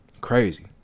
crazy